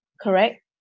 correct